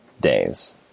days